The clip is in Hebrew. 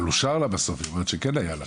אבל אושר לה בסוף, היא אומרת שכן היה לה.